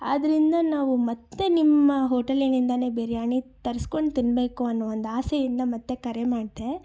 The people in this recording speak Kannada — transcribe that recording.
ಆದ್ದರಿಂದ ನಾವು ಮತ್ತೆ ನಿಮ್ಮ ಹೋಟೆಲಿನಿಂದನೇ ಬಿರಿಯಾನಿ ತರ್ಸ್ಕೊಂಡು ತಿನ್ನಬೇಕು ಅನ್ನೋ ಒಂದು ಆಸೆಯಿಂದ ಮತ್ತೆ ಕರೆ ಮಾಡಿದೆ